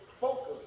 focus